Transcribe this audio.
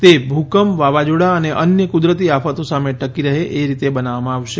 તે ભૂકંપ વાવાઝોડાં અને અન્ય કુદરતી આફતો સામે ટકી રહે એ રીતે બનાવવામાં આવશે